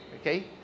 Okay